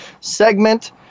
segment